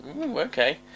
okay